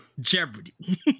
Jeopardy